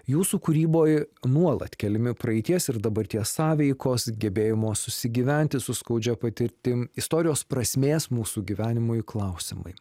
jūsų kūryboj nuolat keliami praeities ir dabarties sąveikos gebėjimo susigyventi su skaudžia patirtim istorijos prasmės mūsų gyvenimui klausimai